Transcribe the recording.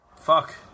Fuck